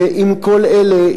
ועם כל אלה,